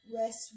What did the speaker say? rest